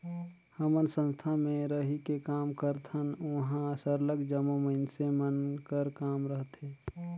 हमन संस्था में रहिके काम करथन उहाँ सरलग जम्मो मइनसे मन कर काम रहथे